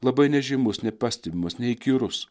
labai nežymus nepastebimas neįkyrus